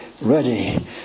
ready